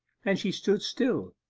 and she stood still,